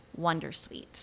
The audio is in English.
wondersuite